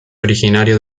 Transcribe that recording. originario